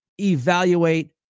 evaluate